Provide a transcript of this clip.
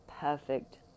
perfect